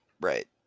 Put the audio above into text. Right